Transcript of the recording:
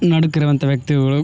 ಮಾಡಿಕೊಡುವಂಥ ವ್ಯಕ್ತಿಗಳು